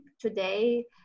today